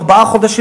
ארבעה חודשים,